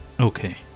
Okay